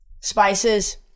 Spices